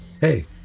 hey